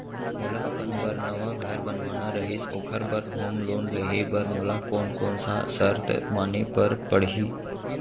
मोला अपन बर नवा घर बनवाना रहिस ओखर बर होम लोन लेहे बर मोला कोन कोन सा शर्त माने बर पड़ही?